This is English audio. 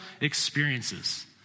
experiences